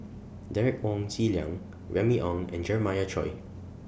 Derek Wong Zi Liang Remy Ong and Jeremiah Choy